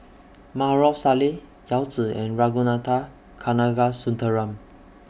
Maarof Salleh Yao Zi and Ragunathar Kanagasuntheram